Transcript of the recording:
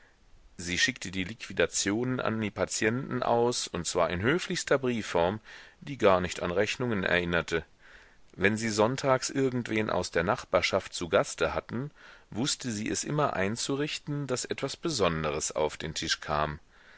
sie schickte die liquidationen an die patienten aus und zwar in höflichster briefform die gar nicht an rechnungen erinnerte wenn sie sonntags irgendwen aus der nachbarschaft zu gaste hatten wußte sie es immer einzurichten daß etwas besonderes auf den tisch kam